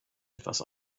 etwas